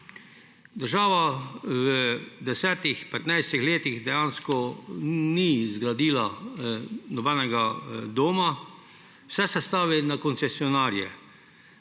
Država v desetih, petnajstih letih dejansko ni zgradila nobenega doma. Vse se stavi na koncesionarje.